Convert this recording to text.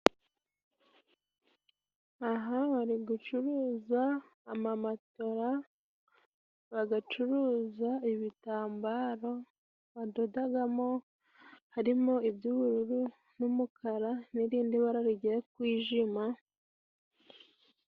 Aha bari gucuruza amamatora, bagacuruza ibitambaro badodagamo, harimo iby'ubururu n'umukara n'irindi bara rigiye kwjima.